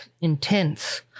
intense